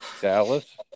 Dallas